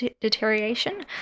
deterioration